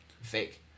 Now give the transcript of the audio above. Fake